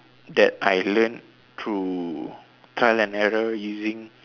that I learn through trial and error using